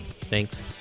Thanks